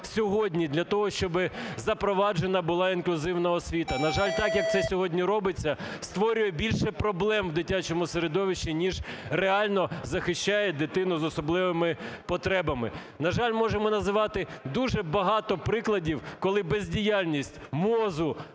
для того, щоб запроваджена була інклюзивна освіта? На жаль, так, як це сьогодні робиться, створює більше проблем в дитячому середовищі, ніж реально захищає дитину з особливими потребами. На жаль, можемо називати дуже багато прикладів, коли бездіяльність МОЗу,